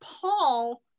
Paul